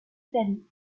italie